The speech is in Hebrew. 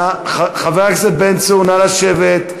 חבר הכנסת בן צור, נא לשבת.